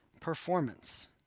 performance